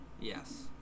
yes